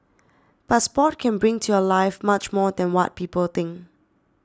but sport can bring to your life much more than what people think